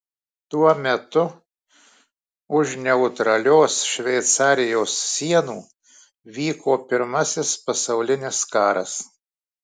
tuo metu už neutralios šveicarijos sienų vyko pirmasis pasaulinis karas